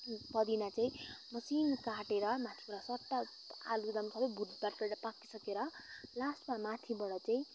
पदिना चाहिँ मसिनो काटेर माथिबाट सट्ट आलुदमसँगै भुटभाट गरेर पाकिसकेर लास्टमा माथिबाट चाहिँ